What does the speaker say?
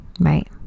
Right